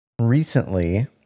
recently